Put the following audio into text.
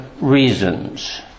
reasons